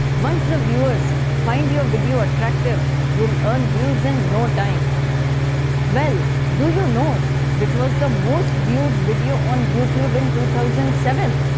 once the viewers find your video attractive, you'll earn views in no time well, do you know which was the most viewed video on youtube in two thousand and seven?